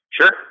sure